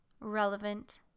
relevant